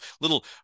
little